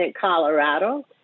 Colorado